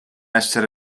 essere